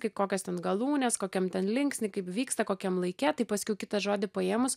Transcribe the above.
kaip kokios ten galūnės kokiam ten linksny kaip vyksta kokiam laike tai paskiau kitą žodį paėmus